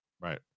Right